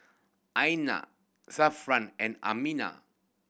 Aina Zafran and Aminah